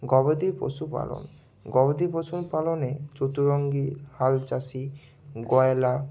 গবাদি পশুপালন গবাদি পশুপালনে চতুরঙ্গি হালচাষি গয়লা